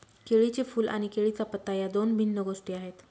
केळीचे फूल आणि केळीचा पत्ता या दोन भिन्न गोष्टी आहेत